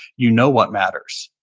you know what matters.